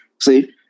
See